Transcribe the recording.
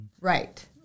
Right